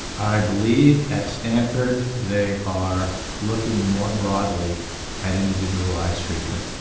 i believe at stanford they are looking more broadly at individualised treatment.